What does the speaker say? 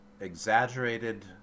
exaggerated